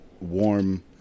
warm